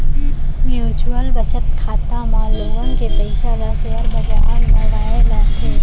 mutual बचत खाता म लोगन के पइसा ल सेयर बजार म लगाए जाथे